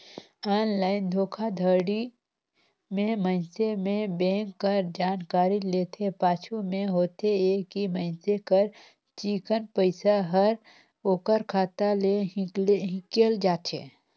online धोखाघड़ी में मइनसे ले बेंक कर जानकारी लेथे, पाछू में होथे ए कि मइनसे कर चिक्कन पइसा हर ओकर खाता ले हिंकेल जाथे